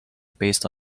based